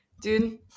dude